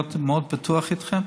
להיות מאוד פתוח איתכם,